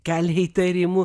kelia įtarimų